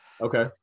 Okay